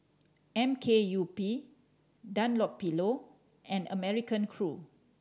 M K U P Dunlopillo and American Crew